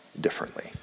differently